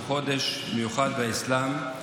שהוא חודש מיוחד באסלאם.